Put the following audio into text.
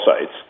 sites